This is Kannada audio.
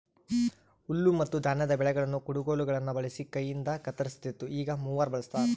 ಹುಲ್ಲುಮತ್ತುಧಾನ್ಯದ ಬೆಳೆಗಳನ್ನು ಕುಡಗೋಲುಗುಳ್ನ ಬಳಸಿ ಕೈಯಿಂದಕತ್ತರಿಸ್ತಿತ್ತು ಈಗ ಮೂವರ್ ಬಳಸ್ತಾರ